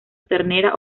ternera